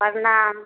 प्रणाम